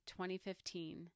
2015